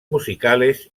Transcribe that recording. musicales